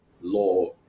law